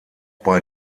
bei